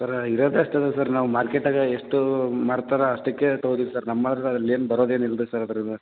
ಸರ ಇರೋದೆ ಅಷ್ಟು ಇದಾವೆ ಸರ್ ನಾವು ಮಾರ್ಕೆಟ್ಟಗೆ ಎಷ್ಟು ಮಾರ್ತಾರೋ ಅಷ್ಟಕ್ಕೇ ತೊಗೋತೀವಿ ಸರ್ ನಮ್ಮಲ್ಲಿ ಅಲ್ಲಿ ಏನು ಬರೋದು ಏನು ಇಲ್ಲರೀ ಸರ್ ಅದ್ರಾಗೆ